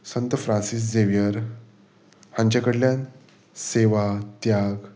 संत Francis Xavier हांचे कडल्यान सेवा त्याग